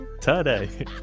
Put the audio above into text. Today